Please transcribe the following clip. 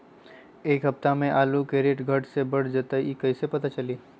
एक सप्ताह मे आलू के रेट घट ये बढ़ जतई त कईसे पता चली?